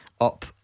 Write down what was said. Up